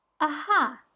Aha